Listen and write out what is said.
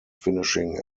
finishing